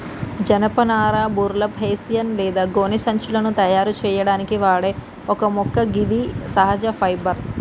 జనపనార burlap, hessian లేదా గోనె సంచులను తయారు సేయడానికి వాడే ఒక మొక్క గిది సహజ ఫైబర్